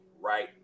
right